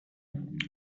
did